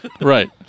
Right